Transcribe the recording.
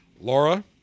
Laura